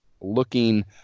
looking